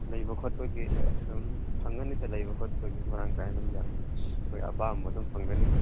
ꯂꯩꯕ ꯈꯣꯠꯄꯒꯤ ꯑꯗꯨꯝ ꯐꯪꯒꯅꯤꯗ ꯂꯩꯕ ꯈꯣꯠꯄꯒꯤ ꯃꯔꯥꯡꯀꯥꯏꯅ ꯑꯗꯨꯝ ꯌꯥꯅꯤ ꯑꯩꯈꯣꯏ ꯑꯄꯥꯝꯕ ꯑꯗꯨꯝ ꯐꯪꯒꯅꯤ